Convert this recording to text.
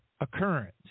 occurrence